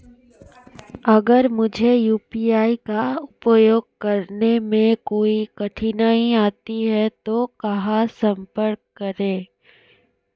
अगर मुझे यू.पी.आई का उपयोग करने में कोई कठिनाई आती है तो कहां संपर्क करें?